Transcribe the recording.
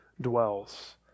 dwells